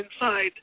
inside